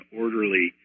orderly